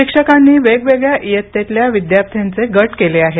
शिक्षकांनी वेगवेगळ्या इयत्तेतल्या विद्यार्थ्यांचे गट केले आहेत